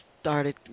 started